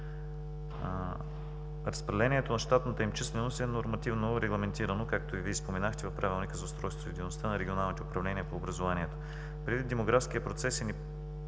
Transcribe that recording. Разпределението на щатната им численост е нормативно регламентирано, както и Вие споменахте в Правилника за устройство и дейността на регионалните управления по образованието. Предвид демографския процес и